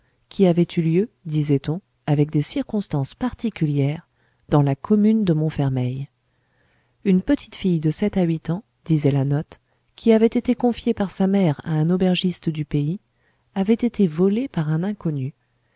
qui avait eu lieu disait-on avec des circonstances particulières dans la commune de montfermeil une petite fille de sept à huit ans disait la note qui avait été confiée par sa mère à un aubergiste du pays avait été volée par un inconnu